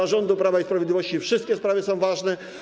Dla rządu Prawa i Sprawiedliwości wszystkie sprawy są ważne.